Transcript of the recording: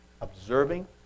observing